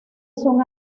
son